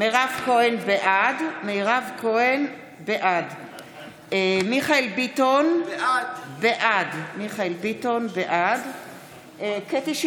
בעד מיכאל ביטון, בעד קטי קטרין